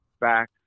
back